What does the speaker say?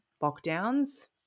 lockdowns